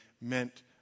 meant